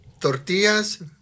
tortillas